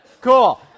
cool